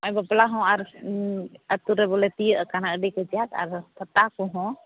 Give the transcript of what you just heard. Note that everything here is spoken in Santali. ᱟᱨ ᱵᱟᱯᱞᱟ ᱦᱚᱸ ᱟᱨ ᱟᱹᱛᱩᱨᱮ ᱵᱚᱞᱮ ᱛᱤᱭᱳᱜ ᱟᱠᱟᱱᱟ ᱟᱹᱰᱤ ᱠᱟᱡᱟᱠ ᱟᱫᱚ ᱯᱟᱛᱟ ᱠᱚᱦᱚᱸ